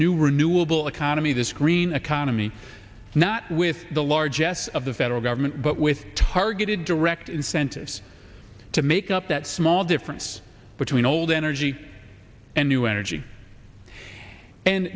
new renewable economy this green economy not with the large s of the federal government but with targeted direct incentives to make up that small difference between old energy and new energy and